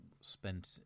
spent